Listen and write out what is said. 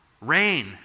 rain